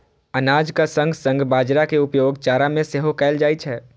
अनाजक संग संग बाजारा के उपयोग चारा मे सेहो कैल जाइ छै